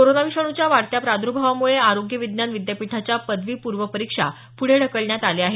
corona विषाणूच्या वाढत्या प्रादर्भावामुळे आरोग्य विज्ञान विद्यापीठाच्या पदवीपूर्व परीक्षा पुढे ढकलण्यात आल्या आहेत